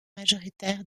majoritaire